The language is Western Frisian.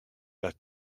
dat